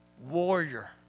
warrior